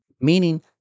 Meaning